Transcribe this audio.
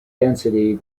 density